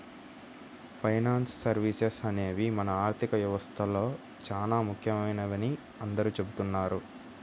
finance services అనేవి మన ఆర్థిక వ్యవస్థలో చానా ముఖ్యమైనవని అందరూ చెబుతున్నారు